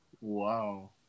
Wow